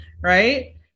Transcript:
right